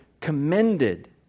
commended